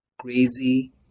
crazy